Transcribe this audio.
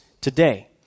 today